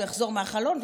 הוא יחזור מהחלון,